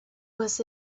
was